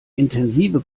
intensive